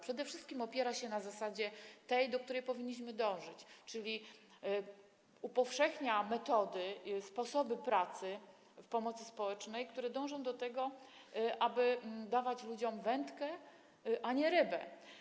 Przede wszystkim opiera się na tej zasadzie, do której powinniśmy dążyć, czyli upowszechnia metody, sposoby pracy w pomocy społecznej, które dążą do tego, aby dawać ludziom wędkę, a nie rybę.